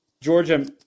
Georgia